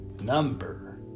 number